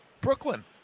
Brooklyn